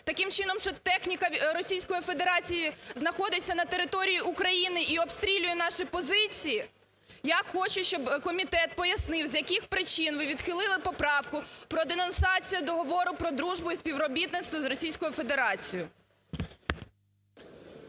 Таким чином, що техніка Російської Федерації знаходиться на території України і обстрілює наші позиції? Я хочу, щоб комітет пояснив, з яких причин ви відхилили поправку про денонсацію Договору про дружбу і співробітництво з Російською Федерацією.